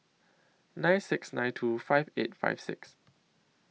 nine six nine two five eight five six